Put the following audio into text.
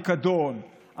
הפיקדון,